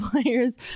players